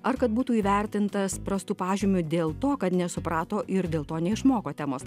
ar kad būtų įvertintas prastu pažymiu dėl to kad nesuprato ir dėl to neišmoko temos